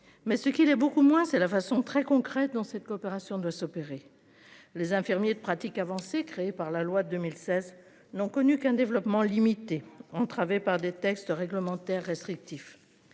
mais ce qui l'est beaucoup moins c'est la façon très concrète dans cette coopération doit s'opérer. Les infirmiers de pratique avancée créé par la loi 2016 n'ont connu qu'un développement limité entravée par des textes réglementaires restrictif.